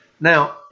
Now